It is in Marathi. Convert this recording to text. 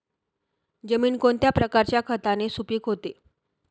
जमीन कोणत्या प्रकारच्या खताने सुपिक होते?